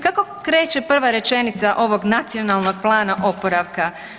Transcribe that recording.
Kako kreće prva rečenica ovog Nacionalnog plana oporavka?